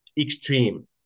extreme